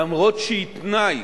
למרות שהיא תנאי